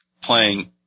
playing